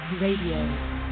Radio